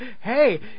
hey